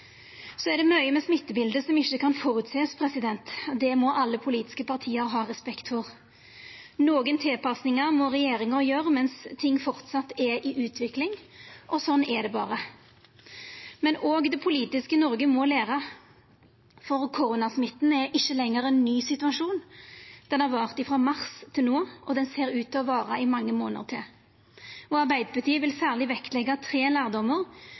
er mykje med smittebildet som ein ikkje kan føreseia. Det må alle dei politiske partia ha respekt for. Nokre tilpassingar må regjeringa gjera mens ting framleis er i utvikling – slik er det berre. Men òg det politiske Noreg må læra, for koronasmitten er ikkje lenger ein ny situasjon. Han har vart frå mars til no, og han ser ut til å ville vara i mange månader til. Arbeidarpartiet vil særleg vektleggja tre lærdomar,